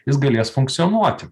jis galės funkcionuoti